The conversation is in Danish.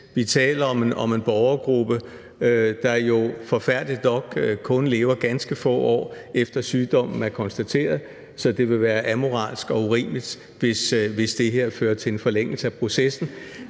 Vi taler om en borgergruppe, der jo forfærdeligt nok kun lever ganske få år, efter at sygdommen er konstateret, så det vil være amoralsk og urimeligt, hvis det her fører til en forlængelse af processen.